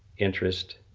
interest,